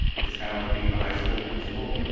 it's kind of like being the high school principal.